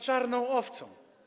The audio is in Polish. czarną owcą.